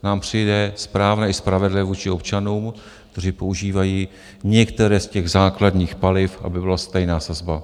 Nám přijde správné i spravedlivé vůči občanům, kteří používají některé z těch základních paliv, aby byla stejná sazba.